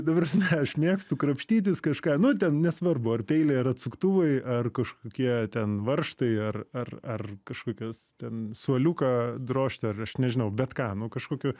ta prasme aš mėgstu krapštytis kažką nu ten nesvarbu ar peiliai ir atsuktuvai ar kažkokie ten varžtai ar ar ar kažkokios ten suoliuką drožti ar aš nežinau bet ką nu kažkokiu